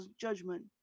judgment